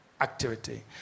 activity